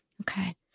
Okay